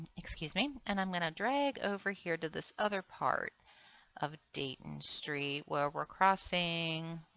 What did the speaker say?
excuse me. and i'm going to drag over here to this other part of dayton street where we are crossing